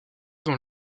dans